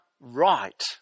right